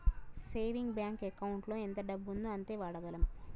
saving bank ఎకౌంటులో ఎంత డబ్బు ఉందో అంతే వాడగలం